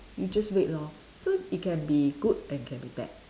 you just wait lor so it can be good and it can be bad